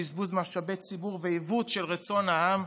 בזבוז משאבי ציבור ועיוות של רצון העם,